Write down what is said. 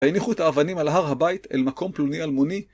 ויניחו את האבנים על הר הבית אל מקום פלוני אלמוני.